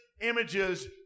images